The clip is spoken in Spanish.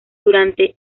durante